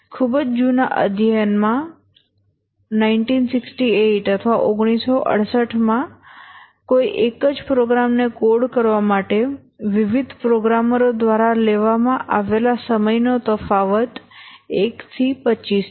ખૂબ જ જૂના અધ્યયનમાં 1968 માં કોઈ એક જ પ્રોગ્રામને કોડ કરવા માટે વિવિધ પ્રોગ્રામરો દ્વારા લેવામાં આવેલા સમયનો તફાવત 1 થી 25 છે